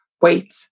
wait